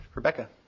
Rebecca